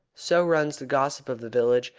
so runs the gossip of the village,